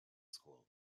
school